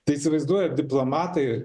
tai įsivaizduojat diplomatai